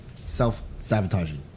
self-sabotaging